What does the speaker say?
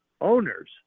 owners